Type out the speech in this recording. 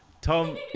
Tom